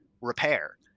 repair